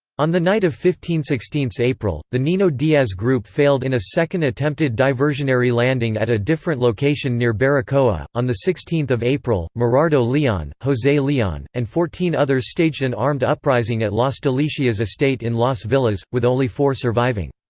on the night of fifteen sixteen so april, the nino diaz group failed in a second attempted diversionary landing at a different location near baracoa on sixteen april, merardo leon, jose leon, and fourteen others staged an armed uprising at las delicias estate in las villas, with only four surviving.